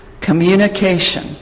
communication